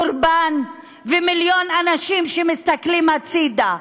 קורבן ומיליון אנשים שמסתכלים הצדה.